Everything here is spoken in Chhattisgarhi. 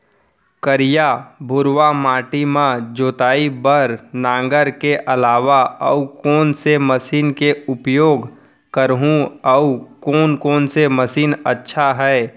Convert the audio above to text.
करिया, भुरवा माटी म जोताई बार नांगर के अलावा अऊ कोन से मशीन के उपयोग करहुं अऊ कोन कोन से मशीन अच्छा है?